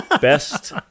best